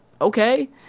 okay